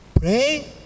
pray